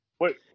wait